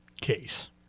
case